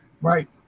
Right